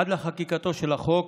עד לחקיקתו של החוק,